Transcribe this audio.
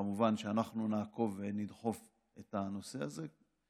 כמובן שאנחנו נעקוב ונדחוף את הנושא הזה.